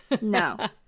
No